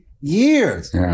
years